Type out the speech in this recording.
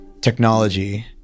technology